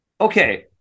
Okay